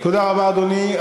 תודה רבה, אדוני.